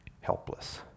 helpless